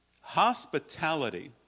Hospitality